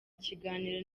ikiganiro